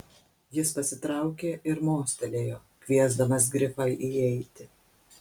jis pasitraukė ir mostelėjo kviesdamas grifą įeiti